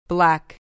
Black